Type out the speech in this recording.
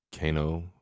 kano